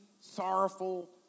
sorrowful